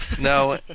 No